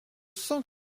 sens